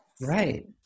Right